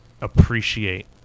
appreciate